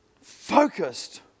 focused